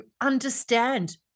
understand